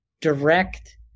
direct